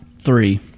three